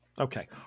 Okay